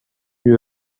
you